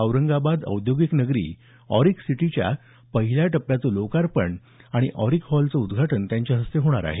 औरंगाबाद औद्योगिक नगरी ऑरिक सिटीच्या पहिल्या टप्प्याचं लोकार्पणही आणि ऑरिक हॉलचं उदघाटन त्यांच्या हस्ते होणार आहे